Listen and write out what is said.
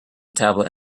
tablet